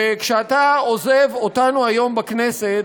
וכשאתה עוזב אותנו היום בכנסת,